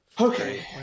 Okay